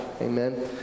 Amen